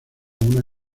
una